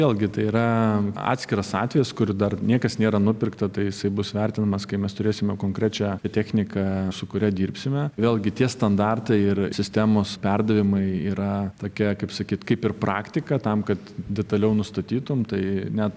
vėlgi tai yra atskiras atvejis kur dar niekas nėra nupirkta tai jisai bus vertinamas kai mes turėsime konkrečią techniką su kuria dirbsime vėlgi tie standartai ir sistemos perdavimai yra tokie kaip sakyt kaip ir praktika tam kad detaliau nustatytum tai ne